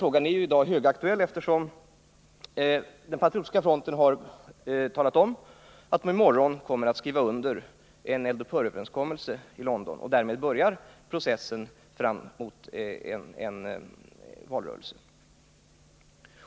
Frågan är högaktuell, eftersom Patriotiska fronten har talat om, att man i morgon kommer att skriva under en eld-upphör-överenskommelse i London. Därmed börjar processen fram mot valrörelsen.